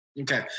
Okay